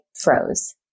froze